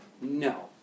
no